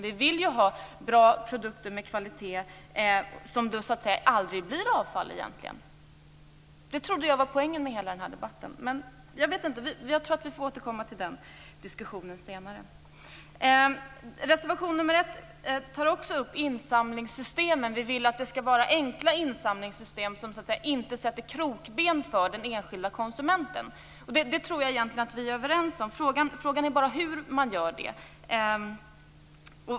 Vi vill ha bra produkter med kvalitet som egentligen aldrig blir avfall. Det trodde jag var poängen med hela den här debatten. Jag tror att vi får återkomma till den diskussionen senare. I reservation nr 1 tar vi också upp insamlingssystemen. Vi vill att insamlingssystemen skall vara enkla och så att säga inte sätta krokben för den enskilda konsumenten. Jag tror egentligen att vi är överens om det. Frågan är hur man åstadkommer detta.